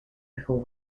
who